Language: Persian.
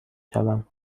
شوم